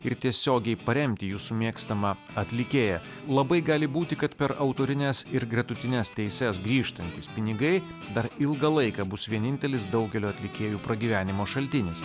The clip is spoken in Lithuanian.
ir tiesiogiai paremti jūsų mėgstamą atlikėją labai gali būti kad per autorines ir gretutines teises grįžtantys pinigai dar ilgą laiką bus vienintelis daugelio atlikėjų pragyvenimo šaltinis